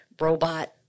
robot